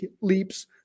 leaps